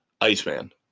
Iceman